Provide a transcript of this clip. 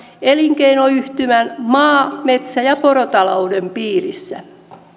elinkeinoyhtymän maa metsä ja porotalouden piirissä